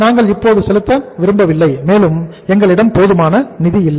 நாங்கள் இப்போது செலுத்த விரும்பவில்லை மேலும் போதுமான நிதி இல்லை